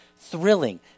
thrilling